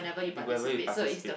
whoever you participate